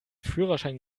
führerschein